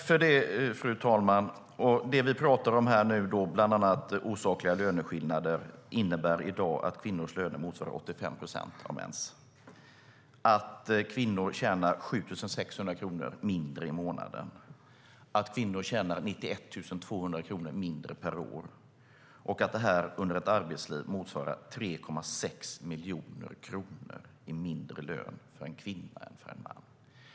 Fru talman! Det vi pratar om nu, bland annat osakliga löneskillnader, innebär i dag att kvinnors löner motsvarar 85 procent av mäns, att kvinnor tjänar 7 600 kronor mindre i månaden, att kvinnor tjänar 91 200 kronor mindre per år och att det under ett arbetsliv motsvarar 3,6 miljoner kronor i mindre lön för en kvinna än för en man.